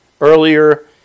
earlier